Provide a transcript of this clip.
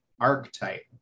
archetype